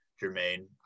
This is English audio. jermaine